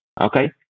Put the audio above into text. Okay